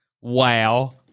Wow